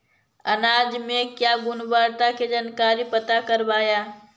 अनाज मे क्या गुणवत्ता के जानकारी पता करबाय?